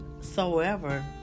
soever